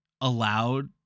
allowed